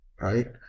right